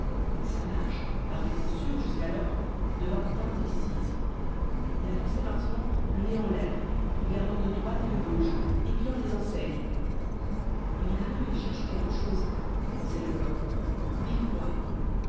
sa marche parfaitement sûre jusqu'alors devint indécise il avançait maintenant le nez en l'air regardant de droite et de gauche épiant les enseignes évidemment il cherche quelque chose pensait lecoq mais quoi